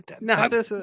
no